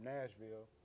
Nashville